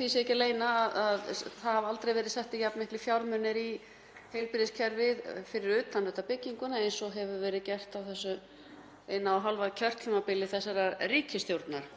því sé ekki að leyna að það hafa aldrei verið settir jafn miklir fjármunir í heilbrigðiskerfið, fyrir utan auðvitað bygginguna, eins og hefur verið gert á þessu eina og hálfa kjörtímabili þessarar ríkisstjórnar.